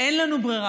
אין לנו ברירה.